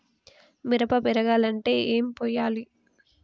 మిరప పెరగాలంటే ఏం పోయాలి?